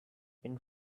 been